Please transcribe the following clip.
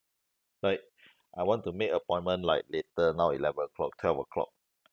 like I want to make appointment like later now eleven o'clock twelve o'clock